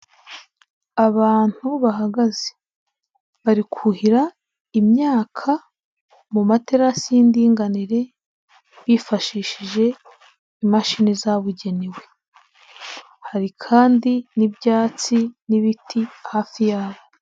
Abantu bahagaze. Bari kuhira, imyaka, mu materasi y'indinganire, bifashishije imashini zabugenewe. Hari kandi n'ibyatsi n'ibiti hafi yabo.